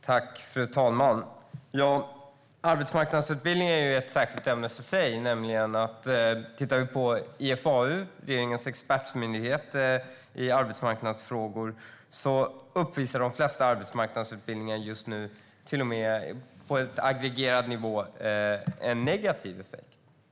Fru talman! Arbetsmarknadsutbildning är ett ämne för sig. Enligt IFAU, regeringens expertmyndighet i arbetsmarknadsfrågor, uppvisar de flesta arbetsmarknadsutbildningar just nu på en aggregerad nivå till och med en negativ effekt.